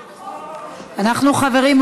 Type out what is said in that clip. חברים,